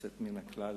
יוצאת מן הכלל.